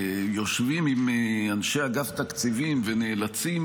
יושבים עם אנשי אגף תקציבים ונאלצים